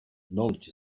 knowledge